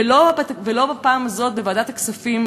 ולא בפעם הזאת בוועדת הכספים,